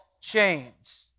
chains